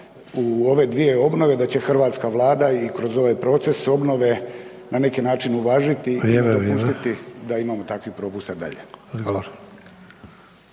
u ove 2 obnove da će Hrvatska vlada i kroz ovaj proces obnove na neki način uvažiti … /Upadica: Vrijeme./… i ne dopustiti da imamo takvih propusta dalje.